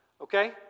okay